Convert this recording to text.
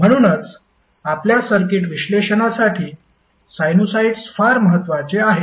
म्हणूनच आपल्या सर्किट विश्लेषणासाठी साइनुसॉईड्स फार महत्वाचे आहेत